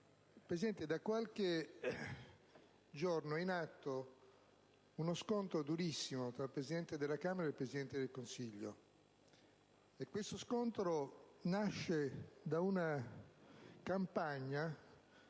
Presidente, da qualche giorno è in atto uno scontro durissimo tra il Presidente della Camera e il Presidente del Consiglio, che nasce da una campagna